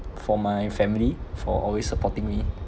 for my family for always supporting me